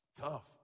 tough